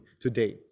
today